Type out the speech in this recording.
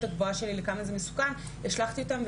הגבוהה שלי לכמה זה מסוכן השלכתי אותם.